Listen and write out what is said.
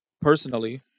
personally